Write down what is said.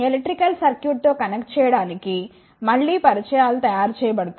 electrical circuit తో connection చేయడానికి మళ్ళీ పరిచయాలు తయారు చేయబడతాయి